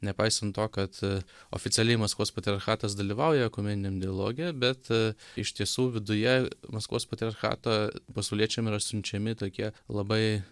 nepaisant to kad oficialiai maskvos patriarchatas dalyvauja ekumeniniam dialoge bet iš tiesų viduje maskvos patriarchato pasauliečiam yra siunčiami tokie labai